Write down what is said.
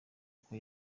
uko